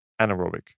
anaerobic